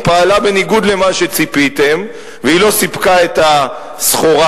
היא פעלה בניגוד למה שציפיתם והיא לא סיפקה את הסחורה.